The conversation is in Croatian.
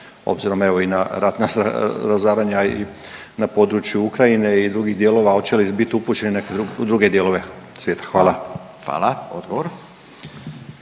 obzirom evo i na ratna razaranja i na području Ukrajine i drugih dijelova, hoće li biti upućene u neke druge dijelove svijeta. **Radin, Furio